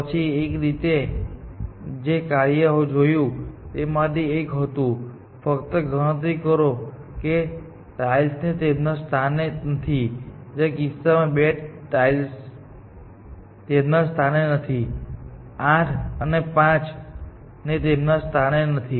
પછી એક રીતે અમે જે કાર્ય જોયું તે માંથી એક હતું ફક્ત ગણતરી કરો કે કેટલી ટાઇલ્સ તેમના સ્થાને નથી જે કિસ્સામાં બે ટાઇલ્સ તેમના સ્થાને નથી 8 અને 5બંને તેમના સ્થાને નથી